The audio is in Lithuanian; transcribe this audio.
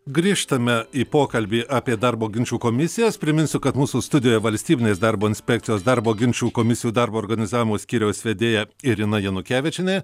grįžtame į pokalbį apie darbo ginčų komisijas priminsiu kad mūsų studijoje valstybinės darbo inspekcijos darbo ginčų komisijų darbo organizavimo skyriaus vedėja irina janukevičienė